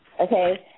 Okay